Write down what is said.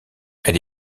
elle